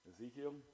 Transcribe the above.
Ezekiel